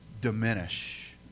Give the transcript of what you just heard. diminish